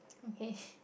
okay